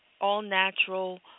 all-natural